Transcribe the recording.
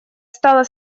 стало